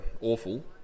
awful